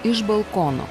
iš balkono